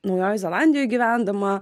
naujojoj zelandijoj gyvendama